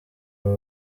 aba